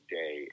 day